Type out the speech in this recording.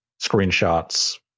screenshots